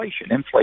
Inflation